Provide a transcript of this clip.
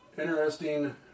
interesting